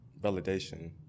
Validation